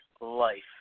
life